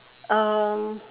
um